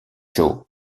joe